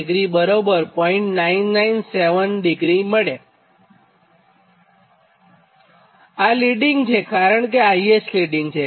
997 મળે અને આ લિડીંગ છેકારણ કે IS લિડીંગ છે